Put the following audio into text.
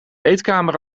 eetkamer